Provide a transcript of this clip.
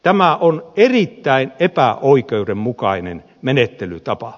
tämä on erittäin epäoikeudenmukainen menettelytapa